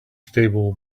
stable